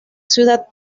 ciudad